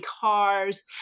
cars